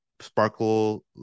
sparkle